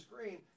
screen